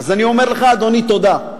אני אומר לך, אדוני, תודה.